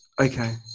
Okay